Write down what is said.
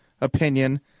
opinion